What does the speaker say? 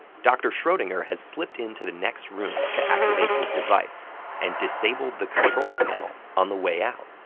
dr. schrodinger has slipped into the next room to activate his device and disabled the control panel on the way out.